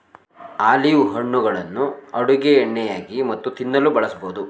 olive ಹಣ್ಣುಗಳನ್ನು ಅಡುಗೆ ಎಣ್ಣೆಯಾಗಿ ಮತ್ತು ತಿನ್ನಲು ಬಳಸಬೋದು